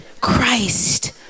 Christ